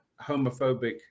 homophobic